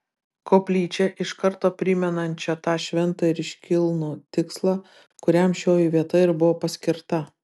koplyčią iš karto primenančią tą šventą ir iškilnų tikslą kuriam šioji vieta ir buvo paskirta